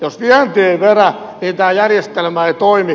jos vienti ei vedä niin tämä järjestelmä ei toimi